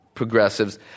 Progressives